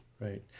Right